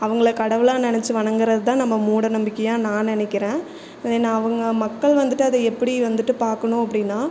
அவங்களை கடவுளாக நினச்சி வணங்குறது தான் நம்ப மூட நம்பிக்கையாக நான் நினக்கிறேன் அதை நான் அவங்க மக்கள் வந்துவிட்டு அதை எப்படி வந்துவிட்டு பார்க்கணும் அப்படீனா